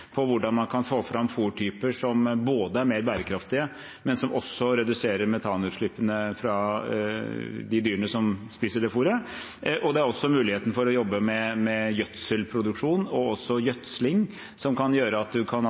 mer bærekraftige, men som også reduserer metanutslippene fra de dyrene som spiser fôret. Og det er også muligheten for å jobbe med gjødselproduksjon, og også gjødsling, som kan gjøre at man kan